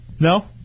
No